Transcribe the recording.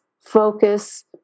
focus